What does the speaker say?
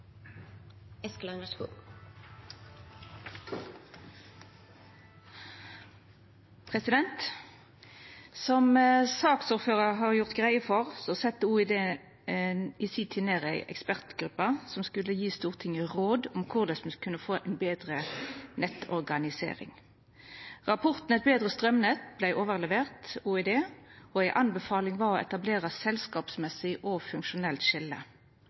Som saksordføraren gjorde greie for, sette Olje- og energidepartementet i si tid ned ei ekspertgruppe som skulle gje Stortinget råd om korleis me kunne få ei betre nettorganisering. Rapporten Et bedre organisert strømnett vart overlevert OED, og ei av anbefalingane var å etablera eit selskapsmessig og funksjonelt skilje.